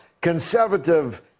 conservative